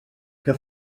que